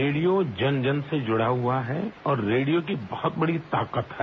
radio जन जन से जुड़ा हुआ है और रेडियो की बहुत बड़ी ताकत है